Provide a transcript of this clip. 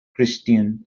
christian